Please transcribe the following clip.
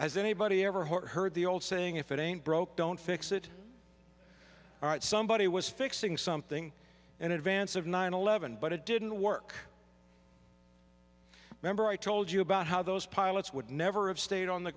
as anybody ever heard the old saying if it ain't broke don't fix it all right somebody was fixing something in advance of nine eleven but it didn't work remember i told you about how those pilots would never have stayed on the